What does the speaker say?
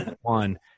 one